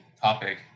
topic